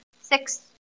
six